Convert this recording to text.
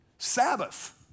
Sabbath